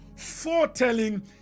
Foretelling